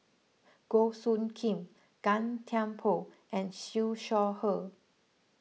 Goh Soo Khim Gan Thiam Poh and Siew Shaw Her